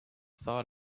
thought